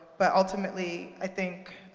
but ultimately, i think